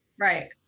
Right